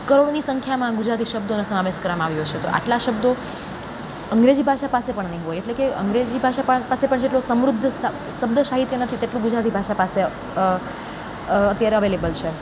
કરોડોની સંખ્યામાં ગુજરાતી શબ્દ સમાવેશ કરવામાં આવ્યો છે તો આટલા શબ્દો અંગ્રેજી ભાષા પાસે પણ નહીં હોય એટલે કે અંગ્રેજી ભાષા પાસે જેટલો સમૃદ્ધ સ શબ્દ સાહિત્ય નથી એટલું ગુજરાતી ભાષામાં અત્યારે અવેલેબલ છે